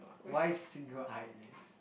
why single eyelid